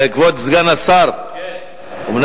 כבוד סגן השר, כן.